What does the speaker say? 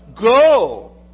go